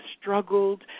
struggled